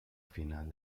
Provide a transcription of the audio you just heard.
final